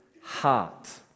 heart